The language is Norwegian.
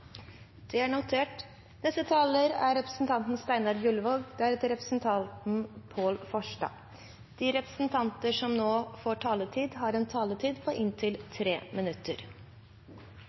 Det er notert. De talere som heretter får ordet, har en taletid på inntil 3 minutter.